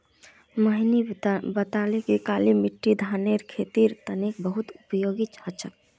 मोहिनी बताले कि काली मिट्टी धानेर खेतीर तने बहुत उपयोगी ह छ